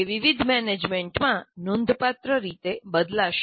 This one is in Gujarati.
તે વિવિધ મેનેજમેન્ટમાં નોંધપાત્ર રીતે બદલાશે